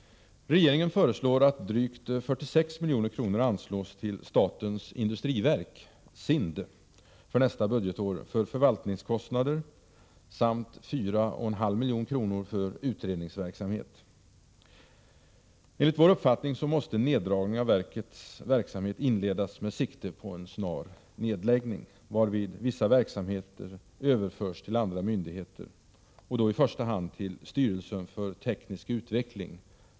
Regeringen föreslår att drygt 46 milj.kr. anslås till statens industriverk för nästa budgetår för förvaltningskostnader samt 4,5 milj.kr. för utredningsverksamhet. Enligt vår uppfattning måste en neddragning av verkets verksamhet inledas med sikte på en snar nedläggning, varvid vissa verksamheter överförs till andra myndigheter — i första hand till styrelsen för teknisk utveckling .